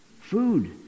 Food